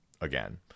again